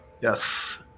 Yes